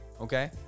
okay